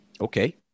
Okay